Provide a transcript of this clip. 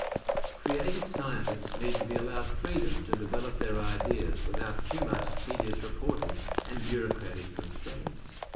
creative scientists need to be allowed freedom to develop their ideas without too much tedious reporting and bureaucratic constraints.